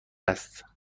است